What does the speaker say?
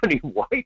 white